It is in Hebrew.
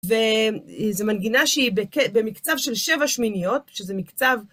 וזו מנגינה שהיא במקצב של שבע שמיניות, שזה מקצב...